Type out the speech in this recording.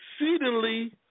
exceedingly